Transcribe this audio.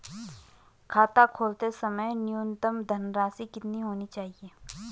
खाता खोलते समय न्यूनतम धनराशि कितनी होनी चाहिए?